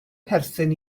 perthyn